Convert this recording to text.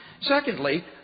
Secondly